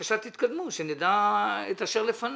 תתקדמו, בבקשה, שנדע את אשר לפניי.